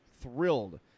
thrilled